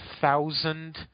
thousand